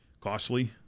costly